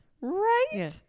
right